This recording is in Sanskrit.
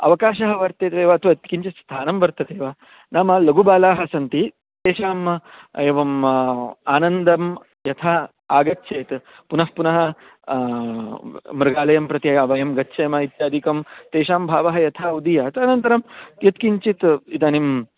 अवकाशः वर्तते वा अथवा किञ्चित् स्थानं वर्तते वा नाम लघवः बालाः सन्ति तेषाम् एवम् आनन्दं यथा आगच्छेत् पुनः पुनः मृगालयं प्रति वयं गच्छेम इत्यादिकं तेषां भावः यथा उदीयात् अनन्तरं यत्किञ्चित् इदानीम्